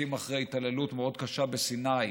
לעיתים אחרי התעללות מאוד קשה בסיני,